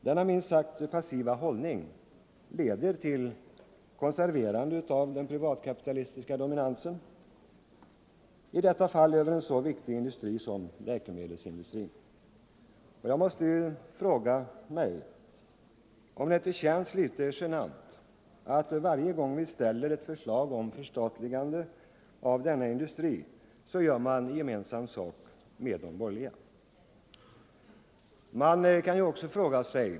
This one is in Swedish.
Denna minst sagt passiva hållning leder till ett konserverande av den privatkapitalistiska dominansen, i detta fall över en så viktig industri som läkemedelsindustrin. Jag måste fråga: Känns det inte litet genant att varje gång vi ställer förslag om förstatligande av denna industri gör man gemensam sak med de borgerliga?